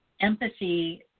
Empathy